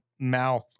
mouth